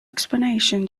explanation